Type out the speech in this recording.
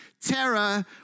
terror